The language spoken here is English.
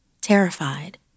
Terrified